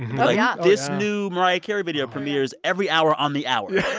but yeah this new mariah carey video premieres every hour on the hour